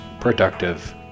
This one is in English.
productive